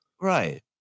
Right